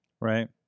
Right